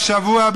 השבוע,